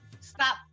stop